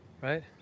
right